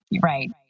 Right